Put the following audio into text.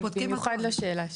במיוחד לשאלה שלך.